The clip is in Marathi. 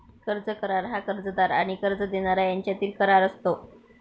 कर्ज करार हा कर्जदार आणि कर्ज देणारा यांच्यातील करार असतो